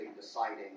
deciding